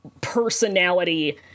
personality